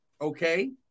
okay